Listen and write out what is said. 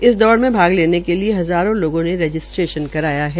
इस दौड़ में भाग लेने वाले हज़ारों लोगों ने रजिस्ट्रेशन कराया है